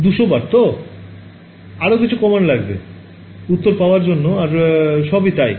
২০০ বার তো আরও কিছু কম্যান্ড লাগবে উত্তর পাওয়ার জন্য আর সবই তাই